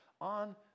on